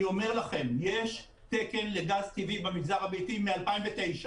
אני אומר לכם שיש תקן לגז טבעי במגזר הביתי מ-2009,